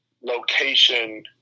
location